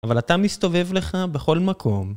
אבל אתה מסתובב לך בכל מקום.